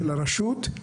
של הרשות.